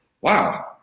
Wow